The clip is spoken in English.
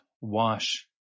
wash